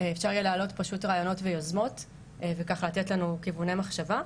אפשר יהיה להעלות פשוט רעיונות ויוזמות וכך לתת לנו כיווני מחשבה.